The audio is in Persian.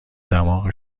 دماغ